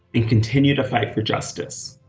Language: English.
and continue to fight for justice.